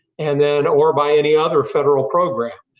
and and or by any other federal program.